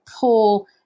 pull